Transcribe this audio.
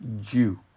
Jew